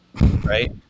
right